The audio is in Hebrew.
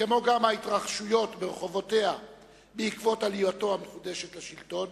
כמו גם ההתרחשויות ברחובותיה בעקבות עלייתו המחודשת לשלטון,